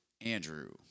Andrew